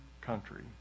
country